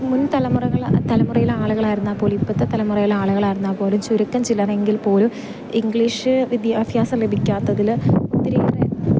മുൻ തലമുറകൾ തലമുറയിലെ ആളുകൾ ആയിരുന്നാൽ പോലും ഇപ്പോഴത്തെ തലമുറയിലെ ആളുകൾ ആയിരുന്നാൽ പോലും ചുരുക്കം ചിലർ എങ്കിൽ പോലും ഇംഗ്ലീഷ് വിദ്യാഭ്യാസം ലഭിക്കാത്തതിൽ ഒത്തിരി ഏറെ